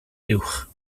uwch